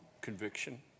conviction